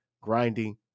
Grinding